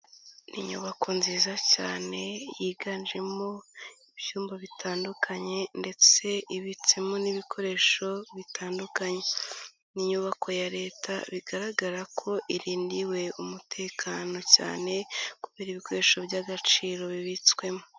Ni inyubako nziza cyane yiganjemo ibyumba bitandukanye ndetse ibitsemo n'ibikoresho bitandukanye. Ni inyubako ya Leta bigaragara ko irindiwe umutekano cyane kubera ibikoresho by'agaciro bibitswemo.